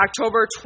October